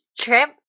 Trip